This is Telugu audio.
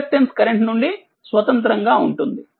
ఇండక్టెన్స్ కరెంట్ నుండి స్వతంత్రంగా ఉంటుంది